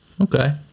Okay